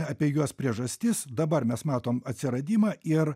apie juos priežastis dabar mes matom atsiradimą ir